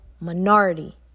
minority